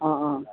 অঁ অঁ